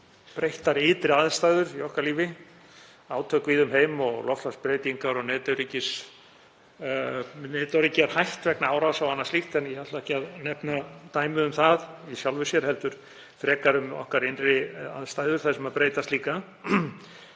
breyttar ytri aðstæður í lífi okkar, átök víða um heim, loftslagsbreytingar og netöryggi er hætt vegna árása og annað slíkt. En ég ætla ekki að nefna dæmi um það í sjálfu sér heldur frekar um okkar innri aðstæður sem breytast líka.